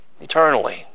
eternally